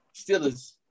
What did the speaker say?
Steelers